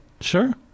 Sure